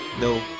no